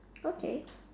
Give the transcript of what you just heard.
okay